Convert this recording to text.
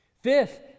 Fifth